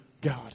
God